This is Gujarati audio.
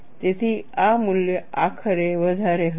તેથી આ મૂલ્ય આખરે વધારે હશે